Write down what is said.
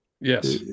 Yes